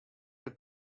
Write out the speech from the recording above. the